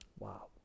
Wow